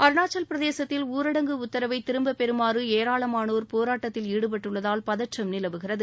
அருணாச்சவப் பிரதேசத்தில் ஊரடங்கு உத்தரவை திரும்பப் பெறுமாறு ஏராளமானோர் போராட்டத்தில் ஈடுபட்டுள்ளதால் பதற்றம் நிலவுகிறது